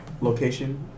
location